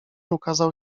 ukazał